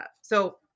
So-